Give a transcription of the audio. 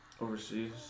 Overseas